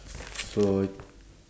so I